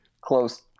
close